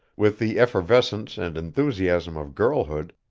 with the effervescence and enthusiasm of girlhood,